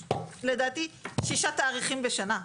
לדעתי, יש שישה תאריכים כאלה בשנה.